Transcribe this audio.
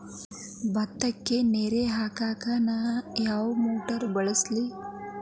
ಭತ್ತಕ್ಕ ನೇರ ಹಾಕಾಕ್ ನಾ ಯಾವ್ ಮೋಟರ್ ಬಳಸ್ಲಿ?